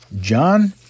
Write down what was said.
John